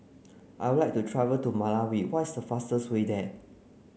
I would like to travel to Malawi what is fastest way there